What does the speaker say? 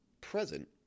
present